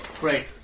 Great